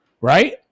right